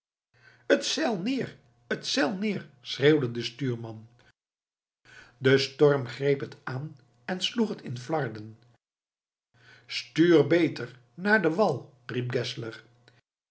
het zeil neer schreeuwde de stuurman de storm greep het aan en sloeg het in flarden stuur beter naar den wal